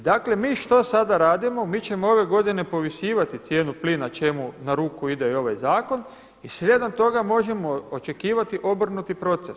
I dakle mi što sada radimo, mi ćemo ove godine povisivati cijenu plina čemu na ruku ide i ovaj zakon i slijedom toga možemo očekivati obrnuti proces.